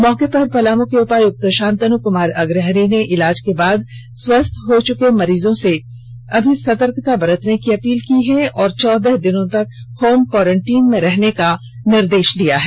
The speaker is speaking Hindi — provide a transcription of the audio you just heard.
मौके पर पलाम उपायक्त शांतन अग्रहरि ने इलाज के बाद स्वस्थ हो चुके मरीजों से अभी सतर्कता बरतने की अपील की है और चौदह दिनों तक होम क्वारंटाइन में रहने का निर्देश दिया है